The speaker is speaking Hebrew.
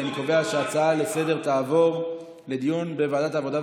אני קובע שההצעה לסדר-היום תעבור לדיון בוועדת העבודה,